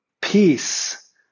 peace